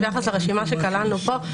לרשימה שכללנו פה,